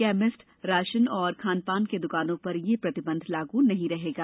chemist राशन एवं खान पान की दुकानों पर यह प्रतिबंध लागू नहीं रहेगा